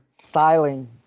styling